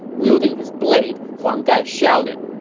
wielding his blade, huang gai shouted,